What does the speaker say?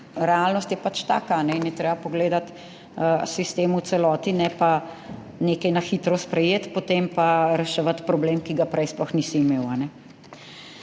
realnost je pač taka in je treba pogledati sistem v celoti, ne pa nekaj na hitro sprejeti, potem pa reševati problem, ki ga prej sploh nisi imel.